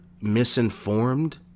misinformed